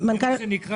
זה מה שנקרא